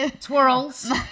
twirls